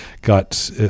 Got